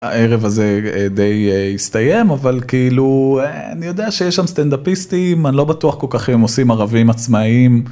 הערב הזה די אה, הסתיים, אבל כאילו... אה, אני יודע שיש שם סטנדאפיסטים, אני לא בטוח כל כך אם הם עושים ערבים עצמאיים...